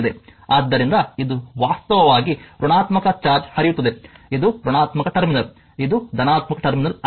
ಆದ್ದರಿಂದ ಇದು ವಾಸ್ತವವಾಗಿ ಋಣಾತ್ಮಕ ಚಾರ್ಜ್ ಹರಿಯುತ್ತದೆ ಇದು ಋಣಾತ್ಮಕ ಟರ್ಮಿನಲ್ ಇದು ಧನಾತ್ಮಕ ಟರ್ಮಿನಲ್ ಆಗಿದೆ